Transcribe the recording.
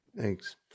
thanks